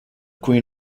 queen